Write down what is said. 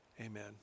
amen